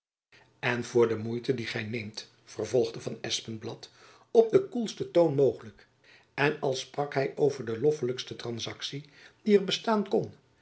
en voor de moeite die gy neemt vervolgde van espenblad op den koelsten toon mogelijk en als sprak hy over de loffelijkste transaktie die er bestaan kon